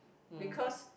because